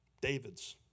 Davids